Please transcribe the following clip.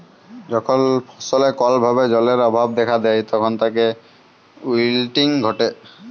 যখল ফসলে কল ভাবে জালের অভাব দ্যাখা যায় তখল উইলটিং ঘটে